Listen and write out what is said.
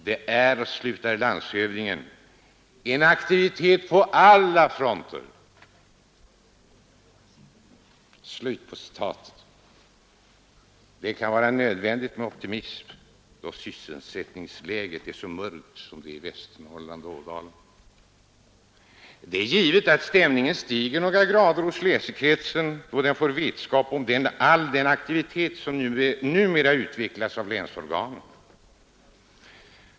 Det är ”, slutar landshövdingen, ”aktivitet på alla fronter.” Det kan vara en nödvändig optimism då sysselsättningsläget är så mörkt som det är i Västernorrland och Ådalen. Det är givet att stämningen stiger några grader hos läsekretsen då den får vetskap om all den aktivitet som numera utvecklas av länsorganen.